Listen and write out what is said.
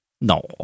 No